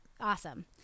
Awesome